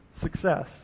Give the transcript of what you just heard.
success